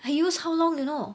I use how long you know